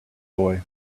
boy